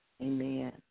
Amen